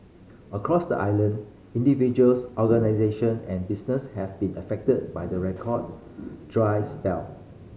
across the island individuals organisation and business have been affected by the record dry spell